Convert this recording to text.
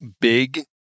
big